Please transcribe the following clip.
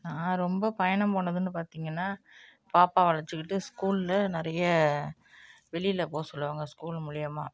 நான் ரொம்ப பயணம் போனதுன்னு பார்த்தீங்கன்னா பாப்பாவை அழைச்சிக்கிட்டு ஸ்கூலில் நிறைய வெளியில போக சொல்லுவாங்க ஸ்கூலு மூலியுமாக